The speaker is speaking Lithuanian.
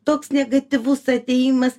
toks negatyvus atėjimas